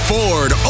Ford